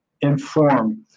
Informed